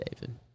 David